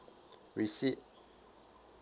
receipt